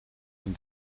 and